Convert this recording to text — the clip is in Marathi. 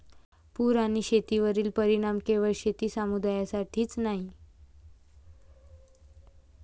पूर आणि शेतीवरील परिणाम केवळ शेती समुदायासाठीच नाही